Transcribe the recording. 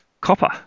Copper